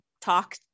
talk